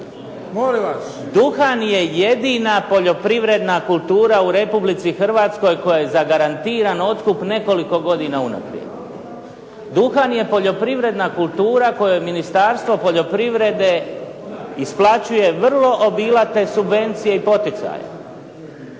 duhan je jedina poljoprivredna kultura u Republici Hrvatskoj kojoj je zagarantiran otkup nekoliko godina unaprijed. Duhan je poljoprivredna kultura kojoj Ministarstvo poljoprivrede isplaćuje vrlo obilate subvencije i poticaje.